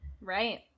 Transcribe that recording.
right